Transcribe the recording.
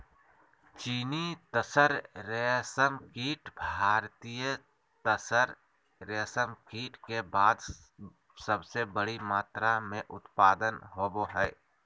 चीनी तसर रेशमकीट भारतीय तसर रेशमकीट के बाद सबसे बड़ी मात्रा मे उत्पादन होबो हइ